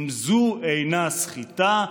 אם זו אינה סחיטה,